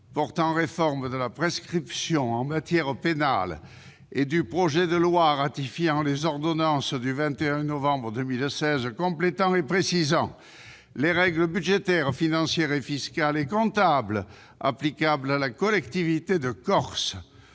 portant réforme de la prescription en matière pénale et du projet de loi ratifiant les ordonnances n° 2016-1561 du 21 novembre 2016 complétant et précisant les règles budgétaires, financières, fiscales et comptables applicables à la collectivité de Corse,